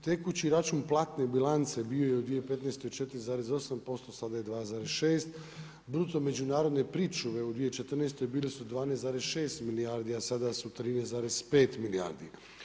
Tekući račun platne bilance bio je u 2015. bio je 4,8& sada je 2,6, bruto međunarodne pričuve u 2014. bili su 12,6 milijardi a sada su 13,5 milijardi.